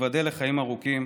שתיבדל לחיים ארוכים,